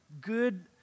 good